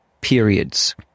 periods